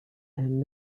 and